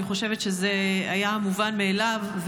אני חושבת שזה היה מובן מאליו,